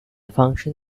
function